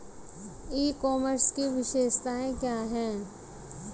ई commerce की विशेषताएं क्या हैं?